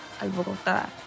alborotada